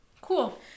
Cool